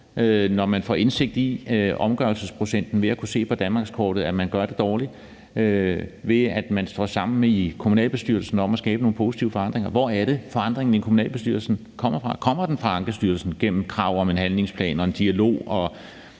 når man får indsigt i omgørelsesprocenten ved at kunne se på danmarkskortet, at man gør det dårligt, eller ved at man står sammen i kommunalbestyrelsen om at skabe nogle positive forandringer? Hvor er det, forandringerne i kommunalbestyrelsen kommer fra? Kommer den fra Ankestyrelsen gennem krav om en handlingsplan og en dialog